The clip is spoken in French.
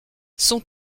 son